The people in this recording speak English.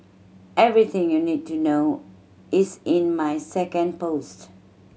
everything you need to know is in my second post